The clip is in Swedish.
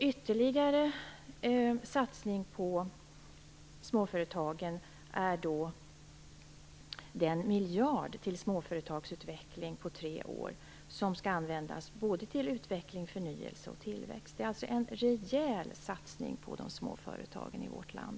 En ytterligare satsning på småföretagen är den miljard till småföretagsutveckling som under en period av tre år skall användas till utveckling, förnyelse och tillväxt. Det handlar alltså om en rejäl satsning på de små företagen i vårt land.